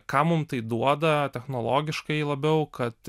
ką mum tai duoda technologiškai labiau kad